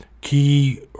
key